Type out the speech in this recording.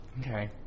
Okay